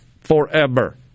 forever